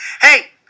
Hey